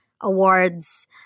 awards